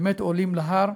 באמת עולות להר,